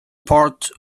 part